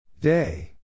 Day